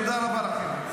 תודה רבה לכם.